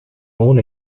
own